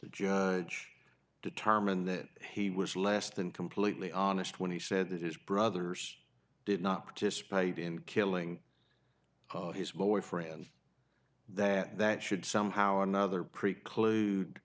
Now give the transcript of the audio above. judge determined that he was less than completely honest when he said that his brothers did not participate in killing his boyfriend that that should somehow or another preclude